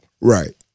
Right